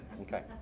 Okay